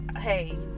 Hey